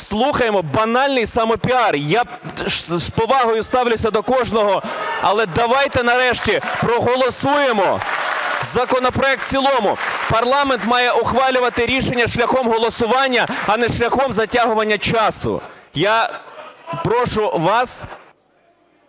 слухаємо банальний самопіар. Я з повагою ставлюся до кожного, але давайте нарешті проголосуємо законопроект в цілому. Парламент має ухвалювати рішення шляхом голосування, а не шляхом затягування часу. Я прошу вас...